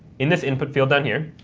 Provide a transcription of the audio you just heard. in this input field down here,